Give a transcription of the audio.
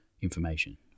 information